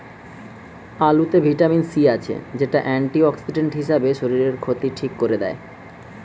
আলুতে vitamin C আছে, যেটা অ্যান্টিঅক্সিডেন্ট হিসাবে শরীরের ক্ষতি ঠিক কোরে দেয়